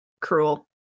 cruel